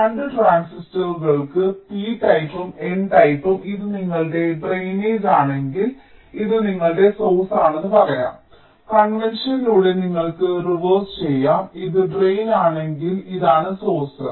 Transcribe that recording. ഈ 2 ട്രാൻസിസ്റ്ററുകൾക്ക് p ടൈപ്പും n ടൈപ്പും ഇത് നിങ്ങളുടെ ഡ്രെയിനേജ് ആണെങ്കിൽ ഇത് നിങ്ങളുടെ സോഴ്സ് ആണെന്ന് പറയാം കൺവെൻഷനിലൂടെ നിങ്ങൾക്ക് റിവേഴ്സ് ചെയ്യാം ഇത് ഡ്രെയിൻ ആണെങ്കിൽ ഇതാണ് സോഴ്സ്